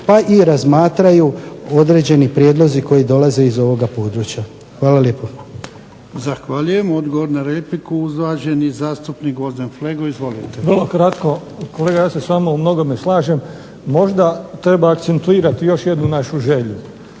i razmatraju određeni prijedlozi koji dolaze iz ovoga područja. Hvala lijepo.